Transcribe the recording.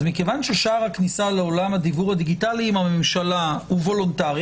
אז מכיוון ששער הכניסה לעולם הדיוור הדיגיטלי עם הממשלה הוא וולונטרי,